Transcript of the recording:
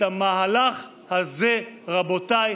את המהלך הזה, רבותיי,